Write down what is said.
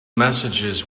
messages